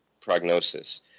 prognosis